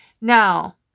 Now